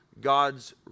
God's